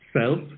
self